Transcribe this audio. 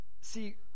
See